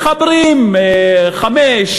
מחברים חמישה,